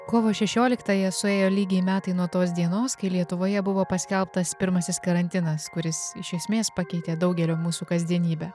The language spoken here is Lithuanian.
kovo šešioliktąją suėjo lygiai metai nuo tos dienos kai lietuvoje buvo paskelbtas pirmasis karantinas kuris iš esmės pakeitė daugelio mūsų kasdienybę